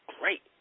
great